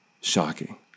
shocking